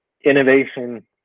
innovation